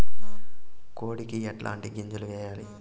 కోడికి ఎట్లాంటి గింజలు వేయాలి?